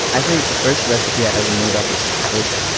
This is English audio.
i think the first recipe i ever made off a cookbook,